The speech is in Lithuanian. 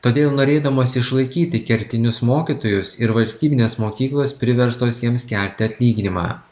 todėl norėdamos išlaikyti kertinius mokytojus ir valstybinės mokyklos priverstos jiems kelti atlyginimą